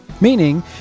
Meaning